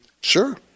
Sure